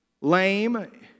lame